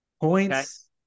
points